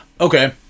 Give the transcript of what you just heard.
Okay